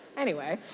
anyway,